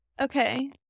Okay